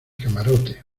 camarote